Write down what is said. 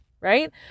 right